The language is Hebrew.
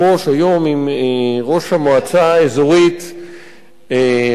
עם ראש המועצה האזורית רמת-הנגב,